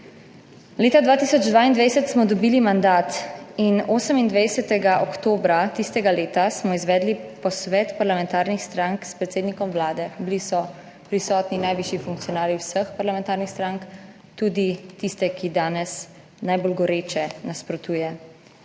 Leta 2022 smo dobili mandat in 28. oktobra tistega leta smo izvedli posvet parlamentarnih strank s predsednikom vlade. Bili so prisotni najvišji funkcionarji vseh parlamentarnih strank, tudi tiste, ki danes najbolj goreče nasprotuje